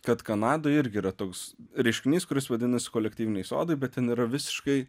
kad kanadoj irgi yra toks reiškinys kuris vadinasi kolektyviniai sodai bet ten yra visiškai